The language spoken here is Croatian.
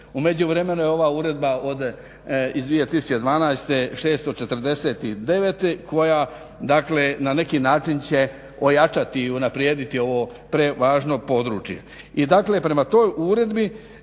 U međuvremenu je ova Uredba iz 2012. 649 koja dakle na neki način će ojačati i unaprijediti ovo prevažno područje.